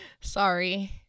Sorry